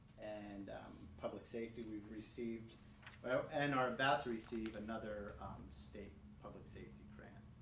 and public safety we've received and are about to receive another state public safety grant.